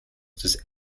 das